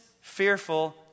fearful